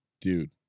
dude